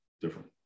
different